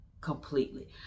Completely